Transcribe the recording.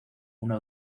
una